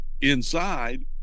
inside